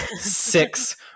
Six